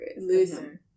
listen